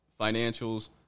financials